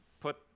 put